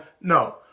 no